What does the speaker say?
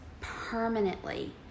permanently